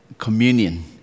Communion